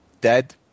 dead